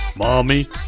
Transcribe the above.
Mommy